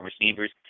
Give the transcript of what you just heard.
receivers